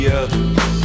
others